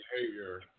behavior